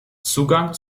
zugang